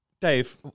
Dave